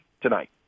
tonight